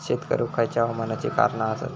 शेत करुक खयच्या हवामानाची कारणा आसत?